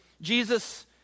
Jesus